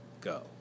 go